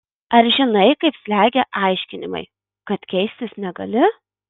ar žinai kaip slegia aiškinimai kad keistis negali